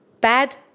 bad